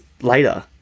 later